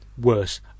worse